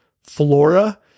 flora